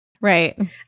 Right